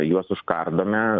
juos užkardome